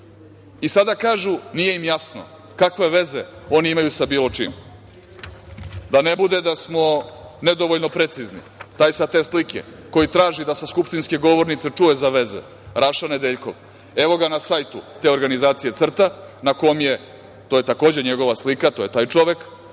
sve? Sada kažu nije im jasno kakve veze oni imaju sa bilo čim. Da ne bude da smo nedovoljno precizni, taj sa te slike koji traži da sa skupštinske govornice čuje za veze, Raša Nedeljkov, evo ga na sajtu te organizacije CRTA, na kom je, to je takođe njegova slika, to je taj čovek